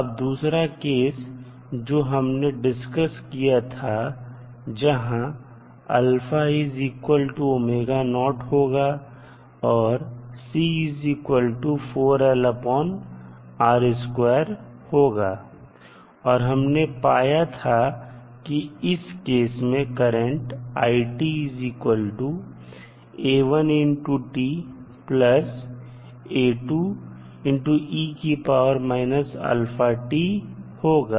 अब दूसरा केस जो हमने डिस्कस किया था जहां होगा और होगा और हमने पाया था कि इस केस में करंट होगा